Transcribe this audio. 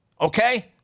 okay